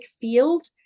field